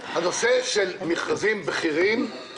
זה הנושא של משפיעים ומשפיעות